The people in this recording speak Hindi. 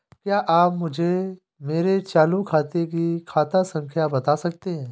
क्या आप मुझे मेरे चालू खाते की खाता संख्या बता सकते हैं?